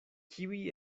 kiuj